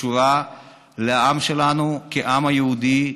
קשורה לעם שלנו כעם היהודי,